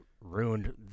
ruined